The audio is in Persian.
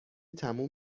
تموم